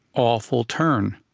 awful turn.